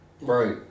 Right